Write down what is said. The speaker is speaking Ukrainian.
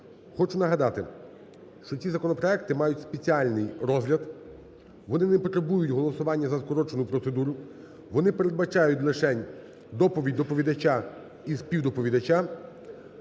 Хочу нагадати, що ці законопроекти мають спеціальний розгляд. Вони не потребують голосування за скорочену процедуру, вони передбачають лишень доповідь доповідача і співдоповідача